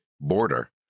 border